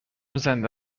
زنده